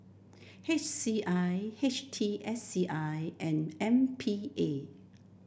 H C I H T S C I and M P A